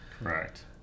Right